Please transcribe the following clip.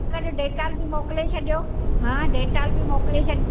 अरे डेटॉल बि मोकिले छॾियो हा डेटॉल बि मोकिले छॾि